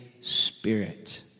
Spirit